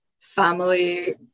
family